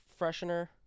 freshener